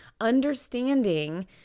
understanding